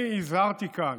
אני הזהרתי כאן,